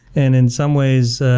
and in some ways,